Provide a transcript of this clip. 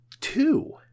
two